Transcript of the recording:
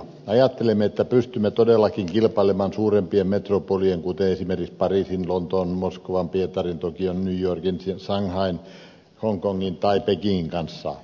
me ajattelemme että pystymme todellakin kilpailemaan suurempien metropolien kuten esimerkiksi pariisin lontoon moskovan pietarin tokion new yorkin shanghain hongkongin tai pekingin kanssa